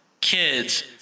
kids